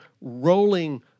rolling